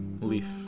Leaf